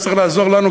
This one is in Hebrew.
שצריך לעזור לנו,